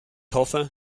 hoffe